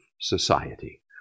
society